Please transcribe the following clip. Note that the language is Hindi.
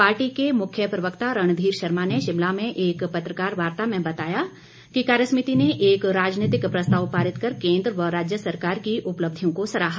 पार्टी के मुख्य प्रवक्ता रणधीर शर्मा ने शिमला में एक पत्रकार वार्ता में बताया कि कार्यसमिति ने एक राजनीतिक प्रस्ताव पारित कर केंद्र व राज्य सरकार की उपलब्धियों को सराहा